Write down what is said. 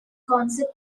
concert